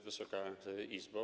Wysoka Izbo!